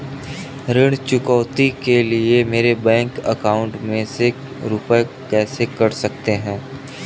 ऋण चुकौती के लिए मेरे बैंक अकाउंट में से रुपए कैसे कट सकते हैं?